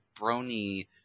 brony